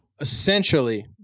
essentially